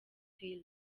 taylor